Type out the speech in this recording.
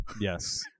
Yes